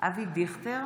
אבי דיכטר,